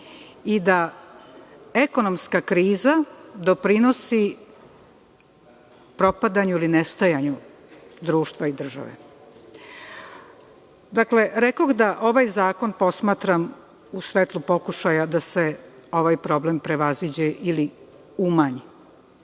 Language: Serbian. i da ekonomska kriza doprinosi propadanju ili nestajanju društva i države. Rekoh da ovaj zakon posmatram u svetlu pokušaja da se ovaj problem prevaziđe ili umanji.